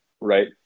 right